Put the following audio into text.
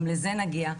גם לזה נגיע.